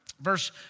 Verse